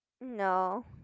no